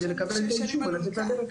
כדי לקבל את האישור ולצאת לדרך.